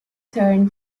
turn